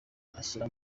ashyira